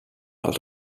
del